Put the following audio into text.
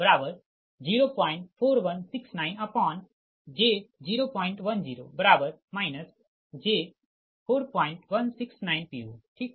अब I24V2f V4f j01004169j010 j4169 pu ठीक